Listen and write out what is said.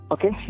Okay